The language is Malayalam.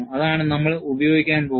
അതാണ് നമ്മൾ ഉപയോഗിക്കാൻ പോകുന്നത്